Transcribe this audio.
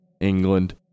England